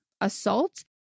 assault